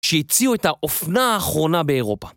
שהציעו את האופנה האחרונה באירופה.